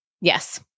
yes